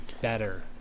better